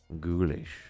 ghoulish